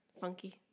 funky